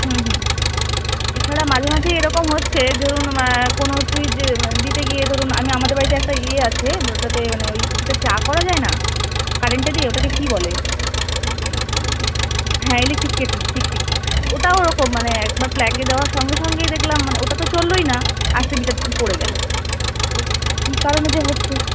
হুম হুম এছাড়া মাঝে মাঝেই এরকম হচ্ছে ধরুন কোনো সুইচ দিতে গিয়ে ধরুন আমি আমাদের বাড়িতে একটা ইয়ে আছে ভোল্টেজের ওটাতে মানে ওই যেটা চা করা যায় না কারেন্টে দিয়েই ওটাকে কী বলে ওই হ্যাঁ ইলেক্ট্রিক কেটলি ঠিক ঠিক ওটাও ওরকম মানে একবার প্লাগে দেওয়ার সঙ্গে সঙ্গেই দেখলাম মানে ওটা তো চলই না আর সি বিটা পড়ে গেল তো কি কারণে যে হচ্ছে